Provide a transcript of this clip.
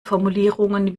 formulierungen